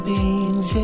Beans